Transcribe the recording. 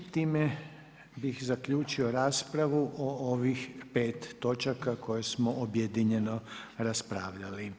I time bih zaključio raspravu o ovih pet točaka koje smo objedinjeno raspravljali.